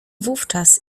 wówczas